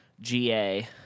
GA